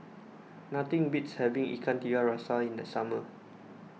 nothing beats having Ikan Tiga Rasa in the summer